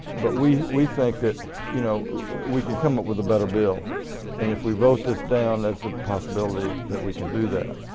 but we we think that you know we can come up with a better bill and if we vote this down, there is a possibility that we can do that.